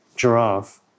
giraffe